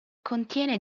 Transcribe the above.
contiene